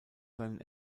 seinen